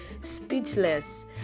speechless